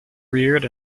reared